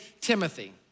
Timothy